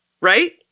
right